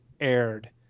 aired